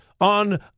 on